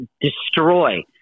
destroy